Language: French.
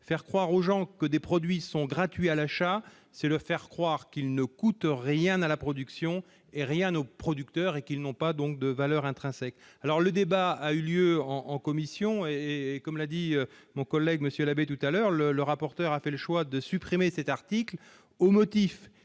faire croire aux gens que des produits sont gratuits à l'achat, c'est leur faire croire qu'ils ne coûtent rien à la production ni aux producteurs et qu'ils n'ont donc pas de valeur intrinsèque. Le débat a eu lieu en commission, et, comme l'a dit notre collègue Joël Labbé, le rapporteur a fait le choix de supprimer cet article au motif